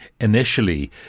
initially